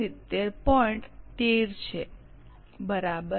13 છે બરાબર